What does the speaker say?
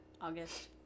August